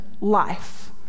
life